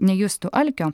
nejustų alkio